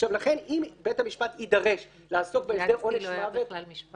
לכן אם בית המשפט יידרש לעסוק בהסדר עונש מוות